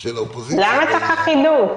של האופוזיציה --- למה צריך אחידות?